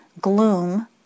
gloom